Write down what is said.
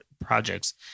projects